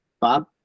Bob